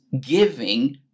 giving